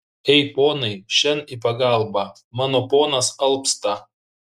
ei ponai šen į pagalbą mano ponas alpsta